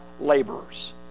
laborers